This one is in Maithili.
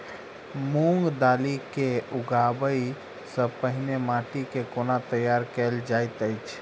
मूंग दालि केँ उगबाई सँ पहिने माटि केँ कोना तैयार कैल जाइत अछि?